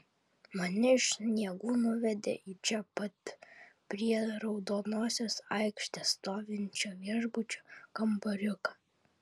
mane iš sniegų nuvedė į čia pat prie raudonosios aikštės stovinčio viešbučio kambariuką